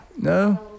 No